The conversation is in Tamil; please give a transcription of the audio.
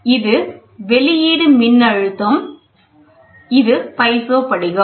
இது வெளியீடு மின் அழுத்தம் இது பைசோ படிகம்